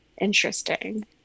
Interesting